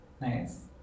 Nice